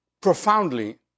profoundly